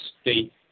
state